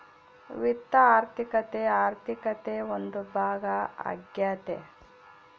ವಿತ್ತ ಆರ್ಥಿಕತೆ ಆರ್ಥಿಕತೆ ಒಂದು ಭಾಗ ಆಗ್ಯತೆ